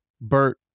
Bert